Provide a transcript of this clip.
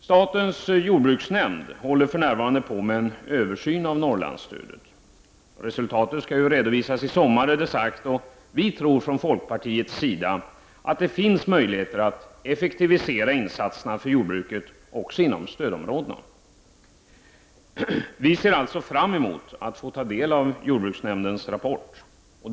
Statens jordbruksnämnd håller för närvarande på med en översyn av Norrlandsstödet. Resultatet skall redovisas i sommar, är det sagt. Vi tror från folkpartiets sida att det finns möjligheter att effektivisera insatserna för jordbruket också inom stödområdena. Vi ser alltså fram emot att få ta del av jordbruksnämndens rapport.